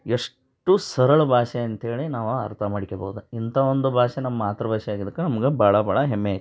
ಎಷ್ಟು ಸರಳ ಭಾಷೆ ಅಂತೇಳಿ ನಾವೇ ಅರ್ಥ ಮಾಡ್ಕಬೋದು ಇಂಥ ಒಂದು ಭಾಷೆ ನಮ್ಮ ಮಾತೃಭಾಷೆ ಆಗಿದ್ಕೆ ನಮ್ಗೆ ಭಾಳ ಭಾಳ ಹೆಮ್ಮೆ ಐತೆ